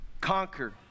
Conquer